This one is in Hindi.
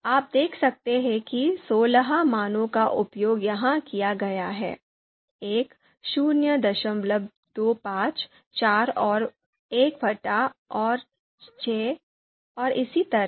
आप देख सकते हैं कि सोलह मानों का उपयोग यहां किया गया है 1 025 4 और 16 और इसी तरह